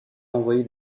renvoyée